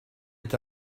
est